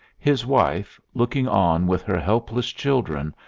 his wife, looking on with her helpless children,